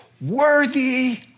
worthy